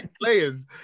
players